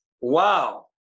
Wow